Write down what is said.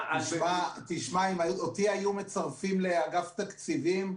תשמע, אם אותי היו מצרפים לאגף התקציבים,